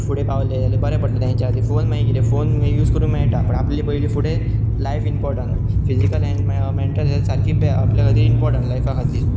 फुडें पावले जाल्यार बरें पडले तेंच्या खतीर फोन मागीर किते फोन यूज करूं मेळटा पूण आपले पयली फुडें life important physical and mental health सारकी आप खातीर इंपोटंट लाफा खातीर